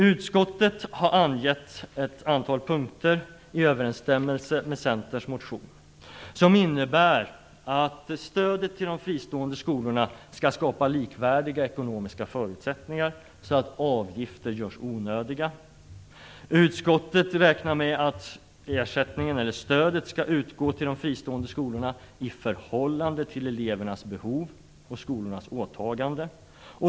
Utskottet har angett ett antal punkter i överensstämmelse med Centerns motion som innebär att stödet till de fristående skolorna skall skapa likvärdiga ekonomiska förutsättningar, så att avgifter görs onödiga. Utskottet räknar med att stödet skall utgå till de fristående skolorna i förhållande till elevernas behov och skolornas åtaganden.